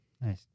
Nice